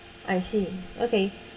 I see okay